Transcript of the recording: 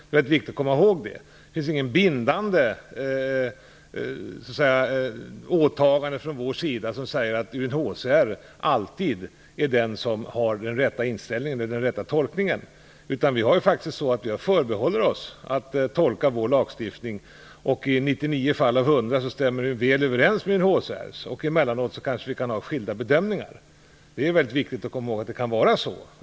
Det är viktigt att komma ihåg att det inte finns något bindande åtagande från vår sida att anse att UNHCR alltid gör den rätta tolkningen. Vi har förbehållit oss rätten att göra tolkningen med utgångspunkt i vår lagstiftning. I 99 fall av 100 stämmer tolkningen väl överens med UNHCR:s tolkning. Emellanåt kan vi göra skilda bedömningar. Det är viktigt att komma ihåg att det kan vara så.